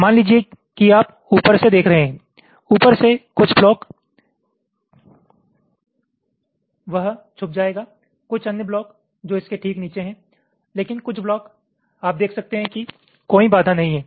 मान लीजिए कि आप ऊपर से देख रहे हैं ऊपर से कुछ ब्लॉक वह छुप जाएगा कुछ अन्य ब्लॉक जो इसके ठीक नीचे हैं लेकिन कुछ ब्लॉक आप देख सकते हैं कि कोई बाधा नहीं है